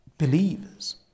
believers